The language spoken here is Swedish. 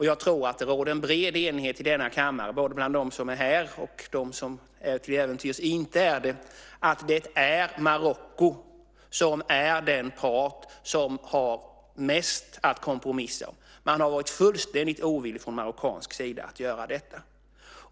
Jag tror att det råder en bred enighet i denna kammare, både bland dem som är här och de som till äventyrs inte är det, att det är Marocko som är den part som har mest att kompromissa om. Man har varit fullständigt ovillig från marockansk sida att göra detta.